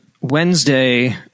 Wednesday